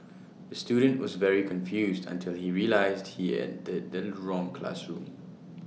the student was very confused until he realised he entered the wrong classroom